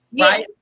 right